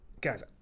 Guys